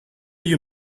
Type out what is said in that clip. you